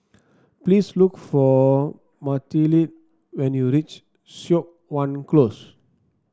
please look for Mathilde when you reach Siok Wan Close